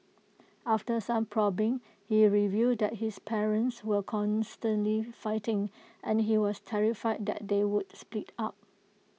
after some probing he revealed that his parents were constantly fighting and he was terrified that they would split up